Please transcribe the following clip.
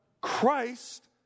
Christ